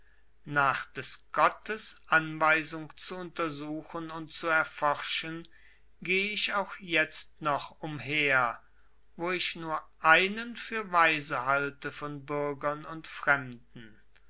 nach des gottes anweisung zu untersuchen und zu erforschen gehe ich auch jetzt noch umher wo ich nur einen für weise halte von bürgern und fremden